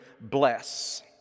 bless